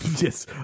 Yes